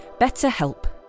BetterHelp